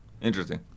Interesting